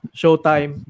showtime